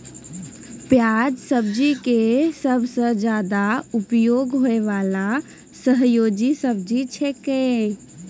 प्याज सब्जी के सबसॅ ज्यादा उपयोग होय वाला सहयोगी सब्जी छेकै